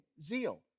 zeal